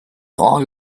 all